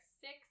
six